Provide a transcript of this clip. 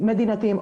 מדינתיים,